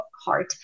heart